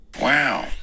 Wow